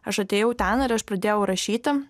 aš atėjau ten ir aš pradėjau rašyti